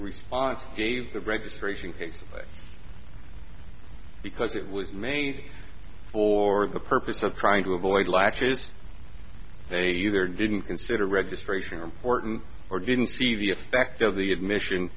response gave the registration case of it because it was made for the purpose of trying to avoid latches they either didn't consider registration important or didn't see the effect of the admission